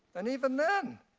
and even then,